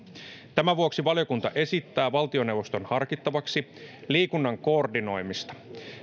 tämän vuoksi valiokunta esittää valtioneuvoston harkittavaksi liikunnan koordinoimista